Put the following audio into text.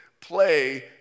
play